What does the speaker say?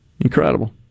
Incredible